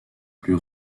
plus